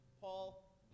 Paul